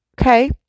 okay